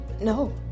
No